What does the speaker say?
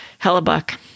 Hellebuck